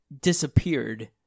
disappeared